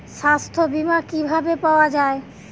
সাস্থ্য বিমা কি ভাবে পাওয়া যায়?